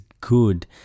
good